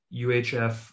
UHF